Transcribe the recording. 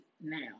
now